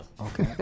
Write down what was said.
Okay